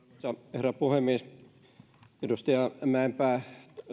herra puhemies edustaja mäenpää